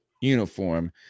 uniform